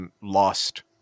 lost